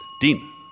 Dean